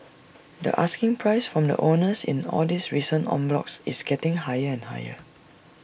the asking price from the owners in all these recent en blocs is getting higher and higher